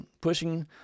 pushing